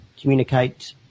communicate